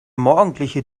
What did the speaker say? morgendliche